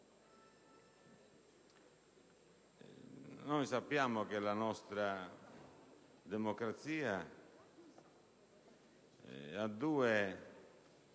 Sappiamo che la nostra democrazia ha due